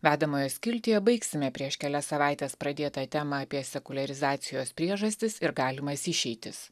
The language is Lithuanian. vedamojo skiltyje baigsime prieš kelias savaites pradėtą temą apie sekuliarizacijos priežastis ir galimas išeitis